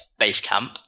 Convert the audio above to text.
Basecamp